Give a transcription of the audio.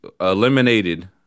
eliminated